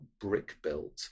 brick-built